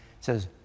says